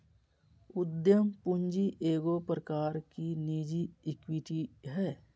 उद्यम पूंजी एगो प्रकार की निजी इक्विटी हइ